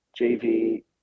JV